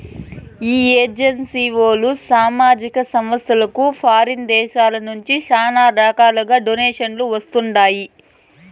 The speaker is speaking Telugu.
ఈ ఎన్జీఓలు, సామాజిక సంస్థలకు ఫారిన్ దేశాల నుంచి శానా రకాలుగా డొనేషన్లు వస్తండాయి